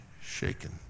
shaken